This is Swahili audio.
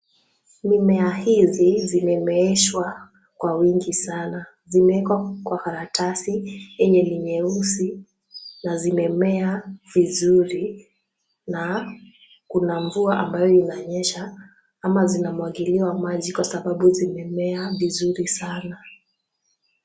Mimea hizi zimemeeshwa kwa wingi sana. Zimewekwa kwa karatasi yenye ni nyeusi na zimemea vizuri na kuna mvua ambayo inanyesha ama zinamwagiliwa maji kwasababu zimemea vizuri sana.